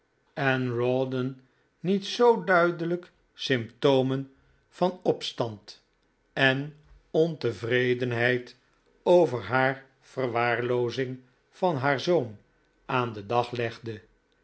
en rawdon niet zoo duidelijk symptomen van opstand en ontevredenheid over haar verwaarloozing van haar zoon aan den dag legde